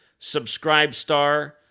Subscribestar